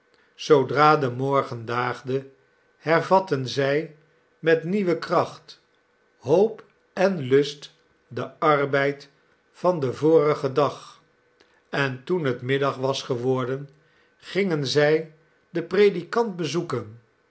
zoodra de morgen daagde hervatten zij met nieuwe kracht hoop en lust den arbeid yan den vorigen dag en toen het middag was geworden gingen zij den predikant bezoeken